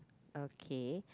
okay